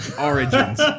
Origins